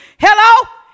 Hello